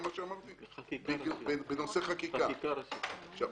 חקיקה ראשית.